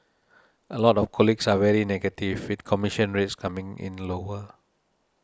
a lot of colleagues are very negative with commission rates coming in lower